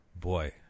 Boy